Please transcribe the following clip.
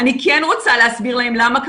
אבל אני כן רוצה להסביר להם למה זה סגור,